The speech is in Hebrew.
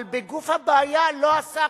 אבל בגוף הבעיה לא עסקנו.